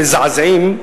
מזעזעים,